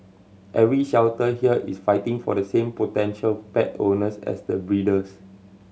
every shelter here is fighting for the same potential pet owners as the breeders